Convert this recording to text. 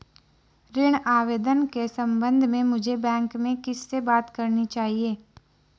ऋण आवेदन के संबंध में मुझे बैंक में किससे बात करनी चाहिए?